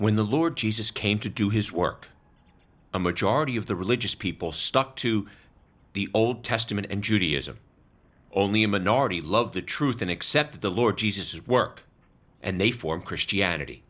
when the lord jesus came to do his work a majority of the religious people stuck to the old testament and judaism only a minority love the truth and accept the lord jesus work and they form christianity